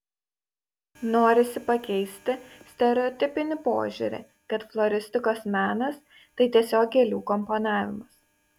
norisi pakeisti stereotipinį požiūrį kad floristikos menas tai tiesiog gėlių komponavimas